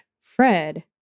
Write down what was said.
fred